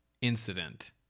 incident